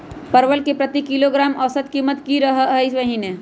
परवल के प्रति किलोग्राम औसत कीमत की रहलई र ई महीने?